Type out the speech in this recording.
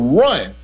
run